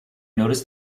notice